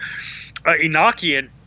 Enochian